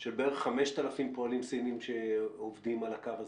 של בערך 5,000 פועלים סינים שעובדים על הקו הזה.